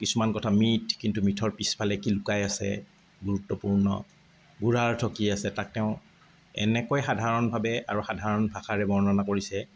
কিছুমান কথা মিথ কিন্তু মিথৰ পিছফালে কি লুকাই আছে গুৰুত্বপূৰ্ণ গোড়া অৰ্থ কি আছে তাক তেওঁ এনেকৈ সাধাৰণভাৱে আৰু সাধাৰণ ভাষাৰে বৰ্ণনা কৰিছে